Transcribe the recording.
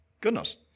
Goodness